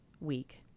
week